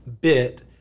bit